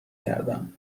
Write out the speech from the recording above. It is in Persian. کردم